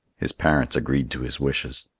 his parents agreed to his wishes.